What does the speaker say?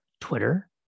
Twitter